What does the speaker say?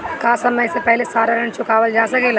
का समय से पहले सारा ऋण चुकावल जा सकेला?